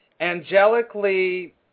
angelically